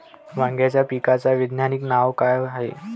वांग्याच्या पिकाचं वैज्ञानिक नाव का हाये?